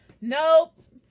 Nope